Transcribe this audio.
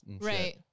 Right